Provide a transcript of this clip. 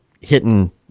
hitting